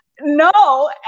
No